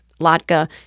Latka